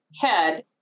head